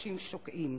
והחלשים שוקעים.